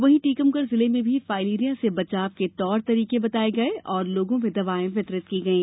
वहीं टीकमगढ जिले में भी फाइलेरिया से बचाव के तौर तरीके बताए गए एवं लोगों में दवाएं वितरित की गई